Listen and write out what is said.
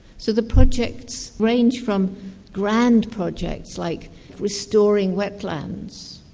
so the projects range from grand projects like restoring wetlands,